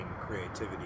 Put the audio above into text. creativity